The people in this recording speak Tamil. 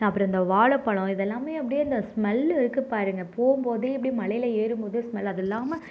அப்புறம் இந்த வாழைப்பழம் இதெல்லாமே அப்படியே இந்த ஸ்மெல் இருக்கு பாருங்க போகும்போதே அப்படியே மலையில் ஏறும்போதே ஸ்மெல் அதில்லாமல்